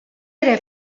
ere